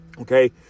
Okay